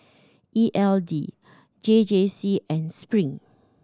E L D J J C and Spring